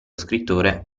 scrittore